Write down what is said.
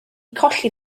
colli